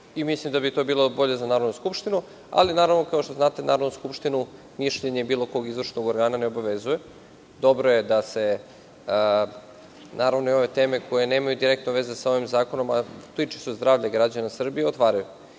Mislim da bi to bilo bolje za Narodnu skupštinu, ali, naravno, kao što znate, Narodnu skupštinu mišljenje bilo kog izvršnog organa ne obavezuje. Dobro je da se i ove teme koje nemaju direktno veze sa ovim zakonom, a tiču se zdravlja građana Srbije, otvaraju. Nadam